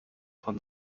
von